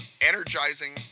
Energizing